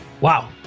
Wow